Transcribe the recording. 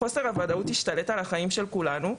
חוסר הוודאות השתלט על החיים של כולנו.